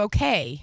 Okay